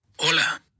Hola